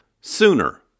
sooner